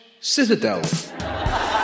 Citadel